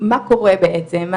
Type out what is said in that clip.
מה קורה בעצם,